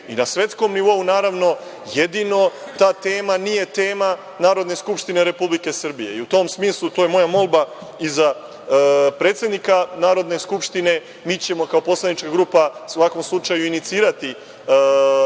i na svetskom nivou, naravno jedino ta tema nije tema Narodne skupštine Republike Srbije. I, u tom smislu to je moja molba i za predsednika Narodne skupštine. Mi ćemo kao poslanička grupa u svakom slučaju inicirati tu